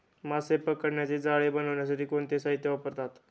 मासे पकडण्याचे जाळे बनवण्यासाठी कोणते साहीत्य वापरतात?